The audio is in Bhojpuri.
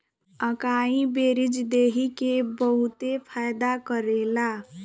अकाई बेरीज देहि के बहुते फायदा करेला